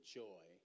joy